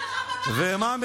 ומה,